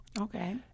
okay